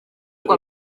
ngo